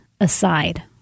aside